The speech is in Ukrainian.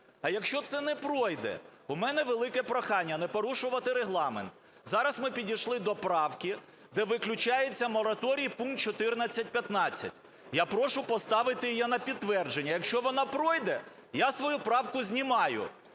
А якщо це не пройде? У мене велике прохання не порушувати Регламент. Зараз ми підійшли до правки, де виключається мораторій – пункт 14.15. Я прошу поставити її на підтвердження. Якщо вона пройде, я свою правку знімаю,